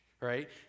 right